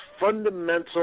fundamental